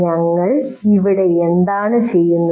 ഞങ്ങൾ ഇവിടെ എന്താണ് ചെയ്യുന്നത്